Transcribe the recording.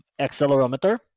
accelerometer